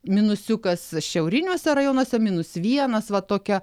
minusiukas šiauriniuose rajonuose minus vienas va tokia